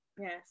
yes